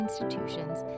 institutions